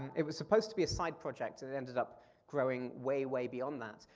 it was supposed to be a side project and it ended up growing way way beyond that.